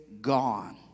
gone